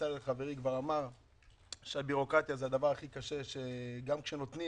בצלאל חברי כבר אמר שהבירוקרטיה זה הדבר הכי קשה גם כשנותנים,